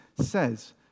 says